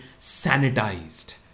sanitized